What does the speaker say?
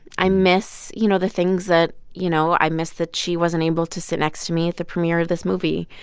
i miss, you know, the things that you know, i miss that she wasn't able to sit next to me at the premiere of this movie.